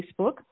Facebook